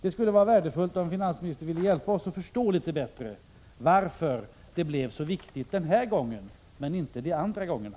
Det skulle vara värdefullt om finansministern ville hjälpa oss att förstå litet bättre varför det blev så viktigt med ett agerande den här gången, men inte de andra gångerna.